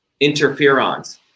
interferons